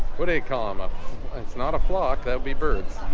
what a comma it's not a flock that would be birds